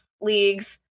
leagues